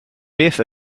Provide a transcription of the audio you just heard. beth